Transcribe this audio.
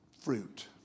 fruit